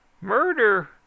murder